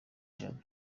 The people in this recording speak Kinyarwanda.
ijana